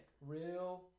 real